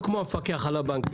לא כמו המפקח על הבנקים.